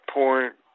point